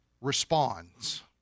responds